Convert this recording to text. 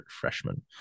freshman